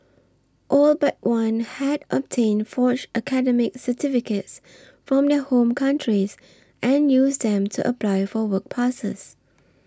all but one had obtained forged academic certificates from their home countries and used them to apply for work passes